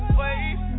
wait